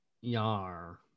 Yar